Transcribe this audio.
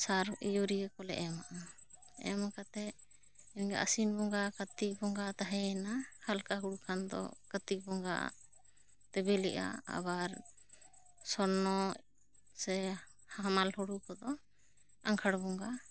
ᱪᱷᱟᱨ ᱤᱭᱩᱨᱤᱭᱟ ᱠᱚᱞᱮ ᱮᱢᱟᱜᱼᱟ ᱮᱢ ᱠᱟᱛᱮᱫ ᱟᱹᱥᱤᱱ ᱵᱚᱸᱜᱟ ᱠᱟᱹᱛᱤᱠ ᱵᱚᱸᱜᱟ ᱛᱟᱦᱮᱸᱭᱮᱱᱟ ᱦᱟᱞᱠᱟ ᱦᱳᱲᱳ ᱠᱷᱟᱱ ᱫᱚ ᱠᱟᱨᱛᱤᱠ ᱵᱚᱸᱜᱟ ᱛᱮᱜᱮ ᱵᱤᱞᱤᱜᱼᱟ ᱟᱵᱟᱨ ᱥᱚᱱᱼᱱᱚ ᱥᱮ ᱦᱟᱢᱟᱞ ᱦᱳᱲᱳ ᱠᱚ ᱫᱚ ᱟᱜᱷᱟᱸᱲ ᱵᱚᱸᱜᱟ